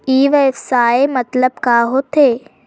ई व्यवसाय मतलब का होथे?